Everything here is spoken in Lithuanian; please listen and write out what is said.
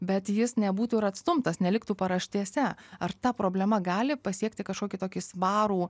bet jis nebūtų ir atstumtas neliktų paraštėse ar ta problema gali pasiekti kažkokį tokį svarų